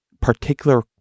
particular